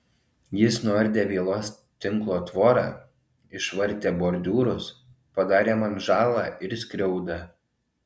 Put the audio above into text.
jis nuardė vielos tinklo tvorą išvartė bordiūrus padarė man žalą ir skriaudą